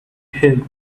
him